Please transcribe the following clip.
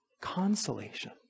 consolation